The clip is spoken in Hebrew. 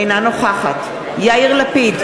אינה נוכחת יאיר לפיד,